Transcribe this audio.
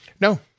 No